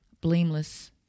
blameless